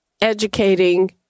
educating